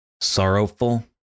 sorrowful